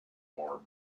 more